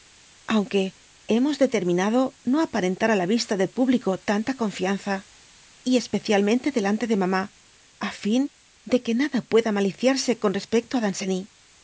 aunque hemos determmado no aparentar á la vista del público tanta confianza y especialmente delante e mamá fin de que nada pueda maliciarse con respecto á danceny